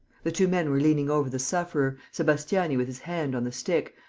the two men were leaning over the sufferer, sebastiani with his hand on the stick,